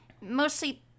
mostly